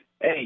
Hey